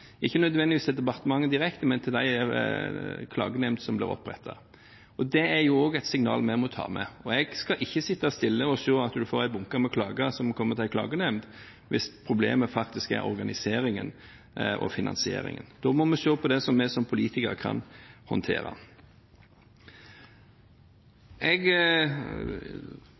ikke nødvendigvis til departementet direkte, men til klagenemnden som blir opprettet. Det er også et signal som vi må ta med. Jeg skal ikke sitte stille og se på at en får en bunke med klager som kommer til en klagenemnd, hvis problemet faktisk er organiseringen og finansieringen. Da må vi se på det vi som politikere kan håndtere. Jeg